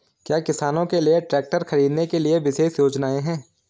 क्या किसानों के लिए ट्रैक्टर खरीदने के लिए विशेष योजनाएं हैं?